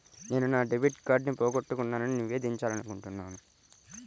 నేను నా డెబిట్ కార్డ్ని పోగొట్టుకున్నాని నివేదించాలనుకుంటున్నాను